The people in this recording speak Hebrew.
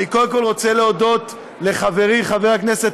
אני קודם כול רוצה להודות לחברי חבר הכנסת